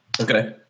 Okay